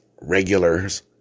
regulars